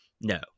No